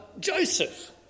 joseph